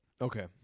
Okay